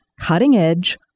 cutting-edge